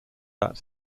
that